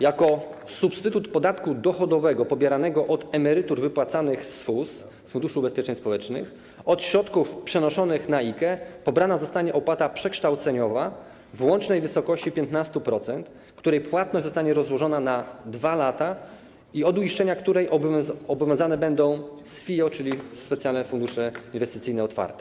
Jako substytut podatku dochodowego pobieranego od emerytur wypłacanych z FUS, z Funduszu Ubezpieczeń Społecznych, od środków przenoszonych na IKE pobrana zostanie opłata przekształceniowa w łącznej wysokości 15%, której płatność zostanie rozłożona na 2 lata i do uiszczenia której obowiązane będą SFIO, czyli specjalne fundusze inwestycyjne otwarte.